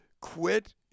Quit